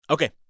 Okay